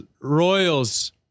Royals